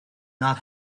not